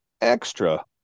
extra